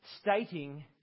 stating